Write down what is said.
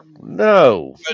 No